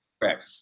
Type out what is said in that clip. Correct